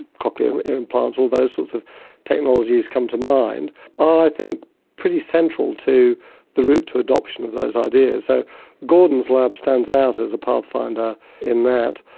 cochlear implants and all those sorts of technologies come to mind, i think pretty central to the route to adoption of those ideas. so gordon's lab stands out as a pathfinder in that.